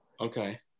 Okay